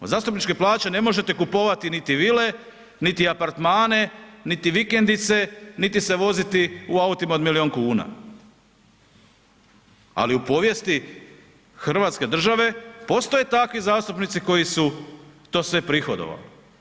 Od zastupničke plaće ne možete kupovati niti vile, niti apartmane, niti vikendice, niti se voziti u autima od milijun kuna, ali u povijesti hrvatske države postoje takvi zastupnici koji su to sve prihodovali.